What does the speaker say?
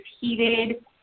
heated